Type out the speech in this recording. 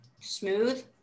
smooth